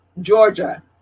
Georgia